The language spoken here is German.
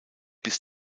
bis